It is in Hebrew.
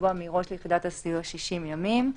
לקבוע מראש ליחידת הסיוע 60 ימים.